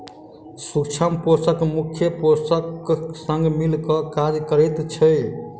सूक्ष्म पोषक मुख्य पोषकक संग मिल क काज करैत छै